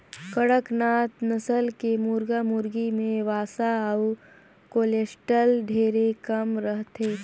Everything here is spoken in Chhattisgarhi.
कड़कनाथ नसल के मुरगा मुरगी में वसा अउ कोलेस्टाल ढेरे कम रहथे